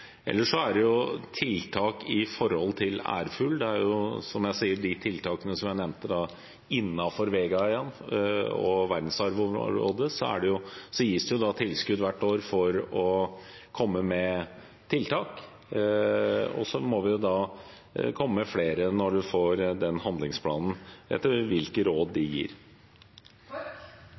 er det jo tiltak for ærfugl. Det er de tiltakene som jeg nevnte. Innenfor Vegaøyan og verdensarvområdet gis det tilskudd hvert år for å komme med tiltak. Så må vi komme med flere når vi får handlingsplanen, ut fra hvilke råd